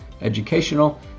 educational